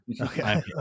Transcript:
okay